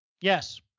Yes